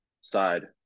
side